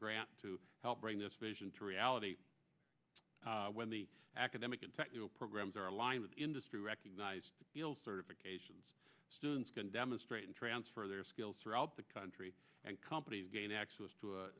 grant to help bring this vision to reality when the academic and technical programs are aligned with industry recognized certifications students can demonstrate and transfer their skills throughout the country and companies gain access to a